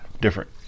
different